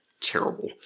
terrible